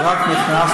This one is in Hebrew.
זה לא כל כך קל.